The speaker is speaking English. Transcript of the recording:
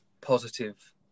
positive